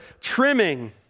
trimming